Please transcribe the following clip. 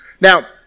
Now